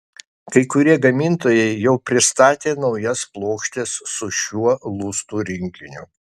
kai kurie gamintojai jau pristatė naujas plokštes su šiuo lustų rinkiniu